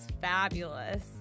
fabulous